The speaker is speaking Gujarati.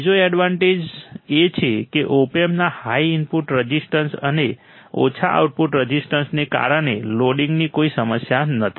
બીજો એડવાન્ટેજ એ છે કે ઓપ એમ્પના હાઈ ઇનપુટ રઝિસ્ટન્સ અને ઓછા આઉટપુટ રઝિસ્ટન્સને કારણે લોડિંગની કોઈ સમસ્યા નથી